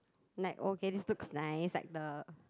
like okay this looks nice like the